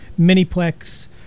Miniplex